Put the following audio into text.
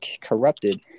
corrupted